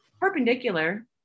perpendicular